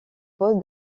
poste